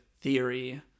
theory